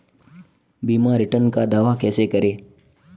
बीमा रिटर्न का दावा कैसे करें?